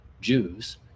Jews